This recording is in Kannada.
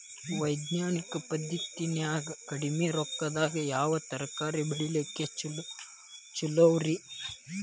ವೈಜ್ಞಾನಿಕ ಪದ್ಧತಿನ್ಯಾಗ ಕಡಿಮಿ ರೊಕ್ಕದಾಗಾ ಯಾವ ತರಕಾರಿ ಬೆಳಿಲಿಕ್ಕ ಛಲೋರಿ?